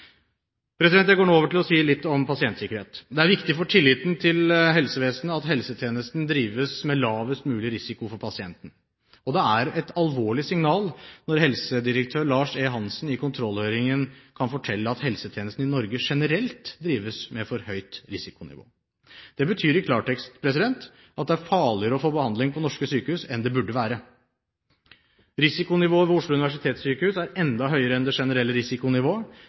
Jeg går nå over til å si litt om pasientsikkerhet. Det er viktig for tilliten til helsevesenet at helsetjenesten drives med lavest mulig risiko for pasienten. Det er et alvorlig signal når helsedirektør Lars E. Hanssen i kontrollhøringen kan fortelle at helsetjenestene i Norge generelt drives med for høy risiko. Det betyr i klartekst at det er farligere å få behandling på norske sykehus enn det burde være. Risikonivået ved Oslo universitetssykehus er enda høyere enn det generelle risikonivået,